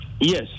Yes